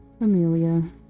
amelia